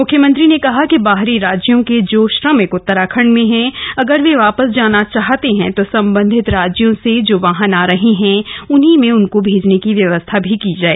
म्ख्यमंत्री ने कहा कि बाहरी राज्यों के जो श्रमिक उतराखण्ड में हैं अगर वो वापस जाना चाहते हैं तो सम्बन्धित राज्यों से जो वाहन आ रहे हैं उन्हीं में उनको भेजने की व्यवस्था की जाए